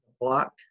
block